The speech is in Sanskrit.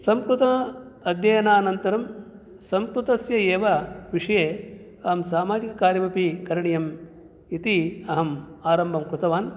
संस्कृत अध्ययनानन्तरं संस्कृतस्य एव विषये अहं सामाजिककार्यमपि करणीयम् इति अहम् आरम्भं कृतवान्